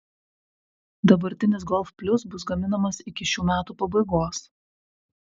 dabartinis golf plius bus gaminamas iki šių metų pabaigos